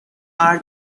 are